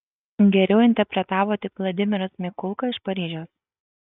geriau interpretavo tik vladimiras mikulka iš paryžiaus